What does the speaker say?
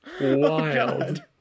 wild